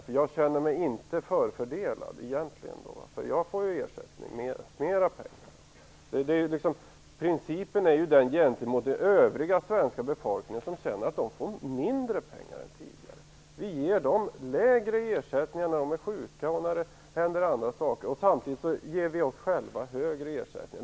Jag känner mig inte förfördelad. Jag får ju ersättning, mer pengar. Principen gäller den övriga svenska befolkningen som känner att de får mindre pengar än tidigare. Vi ger dem lägre ersättning när de är sjuka och när det händer andra saker. Samtidigt ger vi oss själva högre ersättning.